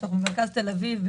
זה מרכז תל אביב,